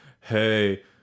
hey